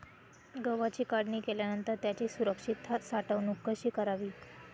गव्हाची काढणी केल्यानंतर त्याची सुरक्षित साठवणूक कशी करावी?